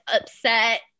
upset